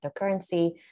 cryptocurrency